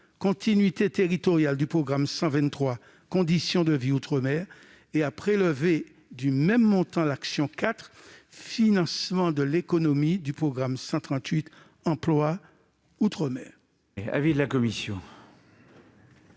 Continuité territoriale, du programme 123, « Conditions de vie outre-mer », et à prélever du même montant l'action n° 04, Financement de l'économie, du programme 138, « Emploi outre-mer